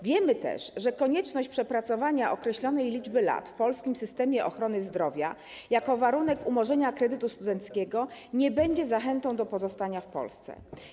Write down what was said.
Wiemy też, że konieczność przepracowania określonej liczby lat w polskim systemie ochrony zdrowia jako warunek umorzenia kredytu studenckiego nie będzie zachętą do pozostania w Polsce.